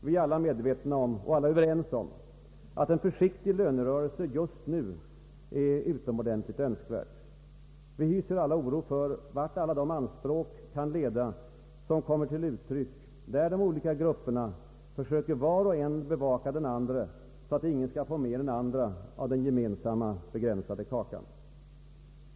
Vi är alla medvetna om och alla överens om att en försiktig lönerörelse just nu är utomordentligt önskvärd. Vi hyser alla oro för vart alla de anspråk skall leda som kommer till uttryck när de olika grupperna försöker var och en bevaka den andre så att ingen skall få mer än andra av den gemensamma begränsade kakan.